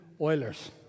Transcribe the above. Oilers